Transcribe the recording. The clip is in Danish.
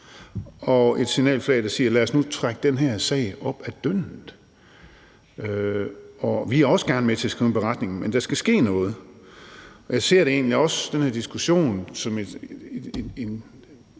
Lad os nu komme videre; lad os nu trække den her sag op af dyndet. Vi er også gerne med til at skrive en beretning, men der skal ske noget. Jeg ser egentlig også den her diskussion som et